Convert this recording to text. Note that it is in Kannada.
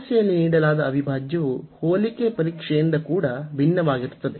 ಸಮಸ್ಯೆಯಲ್ಲಿ ನೀಡಲಾದ ಅವಿಭಾಜ್ಯವು ಹೋಲಿಕೆ ಪರೀಕ್ಷೆಯಿಂದ ಕೂಡ ಭಿನ್ನವಾಗಿರುತ್ತದೆ